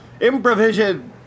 Improvision